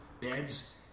beds